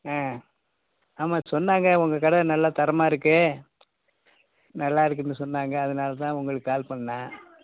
ஆ ஆமாம் சொன்னாங்க உங்கள் கடை நல்லா தரமாக இருக்குது நல்லா இருக்குதுன்னு சொன்னாங்க அதனால் தான் உங்களுக்கு கால் பண்ணேன்